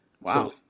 wow